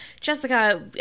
Jessica